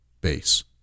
base